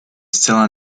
zcela